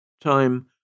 Time